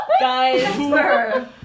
Guys